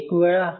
एक वेळा